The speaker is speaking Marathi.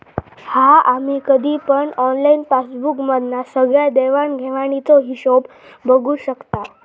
हा आम्ही कधी पण ऑनलाईन पासबुक मधना सगळ्या देवाण घेवाणीचो हिशोब बघू शकताव